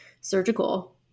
surgical